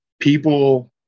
people